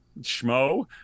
schmo